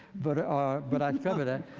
but ah but i covered it.